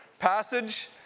passage